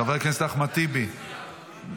חברת הכנסת שלי טל מירון,